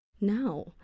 Now